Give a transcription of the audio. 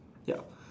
yup